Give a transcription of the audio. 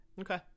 Okay